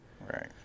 Right